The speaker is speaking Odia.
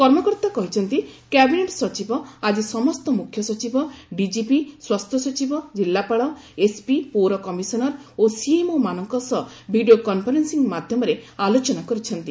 କର୍ମକର୍ତ୍ତା କହିଛନ୍ତି କ୍ୟାବିନେଟ୍ ସଚିବ ଆଜି ସମସ୍ତ ମୁଖ୍ୟସଚିବ ଡିଜିପି ସ୍ୱାସ୍ଥ୍ୟ ସଚିବ ଜିଲ୍ଲାପାଳ ଏସ୍ପି ପୌର କମିଶନର୍ ଓ ସିଏମ୍ଓମାନଙ୍କ ସହ ଭିଡ଼ିଓ କନ୍ଫରେନ୍ସିଂ ମାଧ୍ୟମରେ ଆଲୋଚନା କରିଛନ୍ତି